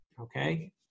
okay